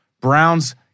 Browns